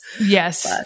Yes